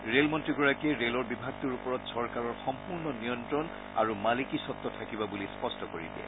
ৰেলমন্ত্ৰী গৰাকীয়ে ৰেল বিভাগটোৰ ওপৰত চৰকাৰৰ সম্পূৰ্ণ নিয়ন্ত্ৰণ আৰু মালিকীস্বত্ থাকিব বুলি স্পষ্ট কৰি দিয়ে